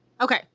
Okay